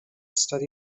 study